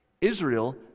Israel